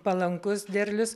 palankus derlius